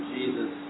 Jesus